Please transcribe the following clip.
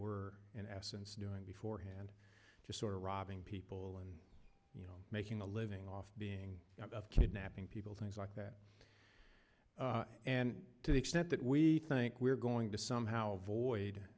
were in essence doing before hand just sort of robbing people and you know making a living off being kidnapping people things like that and to the extent that we think we're going to somehow